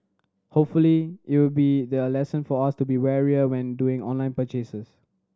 hopefully you'll be their lesson for us to be warier when doing online purchases